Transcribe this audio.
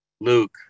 Luke